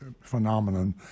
phenomenon